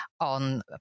on